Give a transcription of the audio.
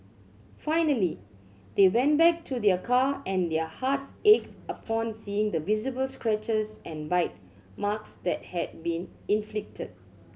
finally they went back to their car and their hearts ached upon seeing the visible scratches and bite marks that had been inflicted